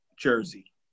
Jersey